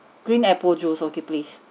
green apple juice okay please